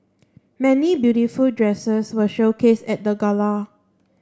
many beautiful dresses were showcased at the gala